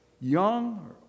young